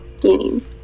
game